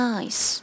Nice